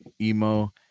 emo